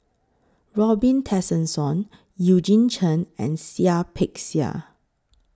Robin Tessensohn Eugene Chen and Seah Peck Seah